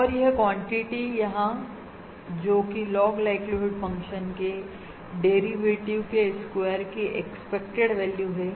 और यह क्वांटिटी यहां जोकि लॉग लाइक्लीहुड फंक्शन के डेरिवेटिव के स्क्वायर की एक्सपेक्टेड वैल्यू है